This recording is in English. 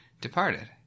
departed